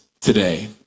today